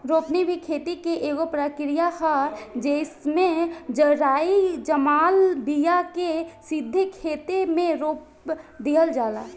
रोपनी भी खेती के एगो प्रक्रिया ह, जेइमे जरई जमाल बिया के सीधे खेते मे रोप दिहल जाला